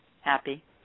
Happy